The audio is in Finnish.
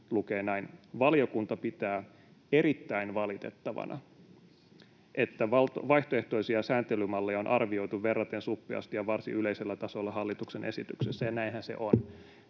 ”Valiokunta pitää erittäin valitettavana, että vaihtoehtoisia sääntelymalleja on arvioitu verraten suppeasti ja varsin yleisellä tasolla hallituksen esityksessä.” Ja näinhän se on,